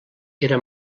era